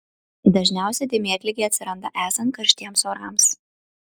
dažniausiai dėmėtligė atsiranda esant karštiems orams